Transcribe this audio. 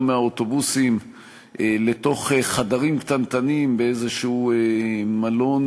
מהאוטובוסים לתוך חדרים קטנטנים באיזשהו מלון,